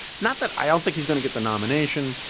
not that i don't think he's going to get the nomination.